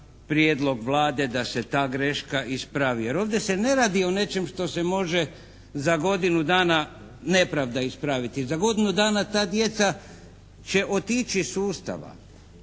prijedlog Vlade da se ta greška ispravi, jer ovdje se ne radi o nečem što se može za godinu dana nepravda ispraviti. Za godinu dana ta djeca će otići iz sustava.